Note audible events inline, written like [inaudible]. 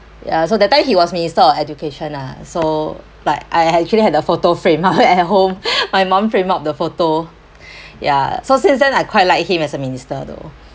ya so that time he was minister of education ah so like I actually had a photo frame [laughs] at home [breath] my mom frame up the photo [breath] ya so since then I quite like him as a minister though